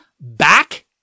back